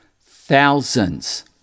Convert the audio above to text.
thousands